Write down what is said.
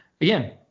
again